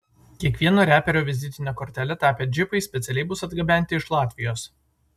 kiekvieno reperio vizitine kortele tapę džipai specialiai bus atgabenti iš latvijos